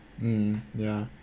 mm ya